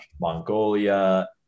Mongolia